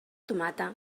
tomata